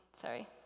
sorry